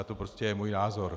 To prostě je můj názor.